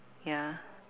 ya